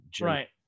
right